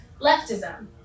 leftism